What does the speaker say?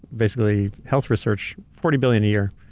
basically health research, forty billion a year.